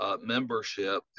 membership